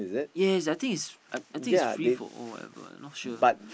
yes I think is I I think is free for all whatever not sure